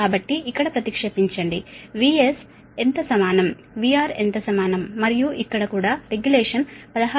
కాబట్టి ఇక్కడ ప్రతిక్షేపించండి VS ఎంత సమానం VR ఎంత సమానం మరియు ఇక్కడ కూడా రెగ్యులేషన్ 16